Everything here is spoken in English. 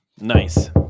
Nice